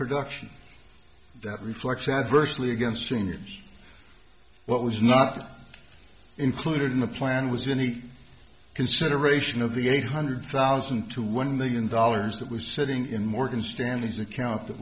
production that reflects adversely against senior what was not included in the plan was anything consideration of the eight hundred thousand to one million dollars that was sitting in morgan stanley